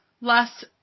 last